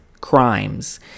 crimes